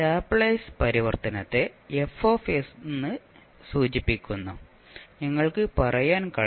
Laplace പരിവർത്തനത്തെ F എന്ന് സൂചിപ്പിക്കുന്നു നിങ്ങൾക്ക് പറയാൻ കഴിയും